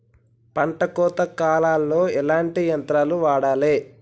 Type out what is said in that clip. పంట కోత కాలాల్లో ఎట్లాంటి యంత్రాలు వాడాలే?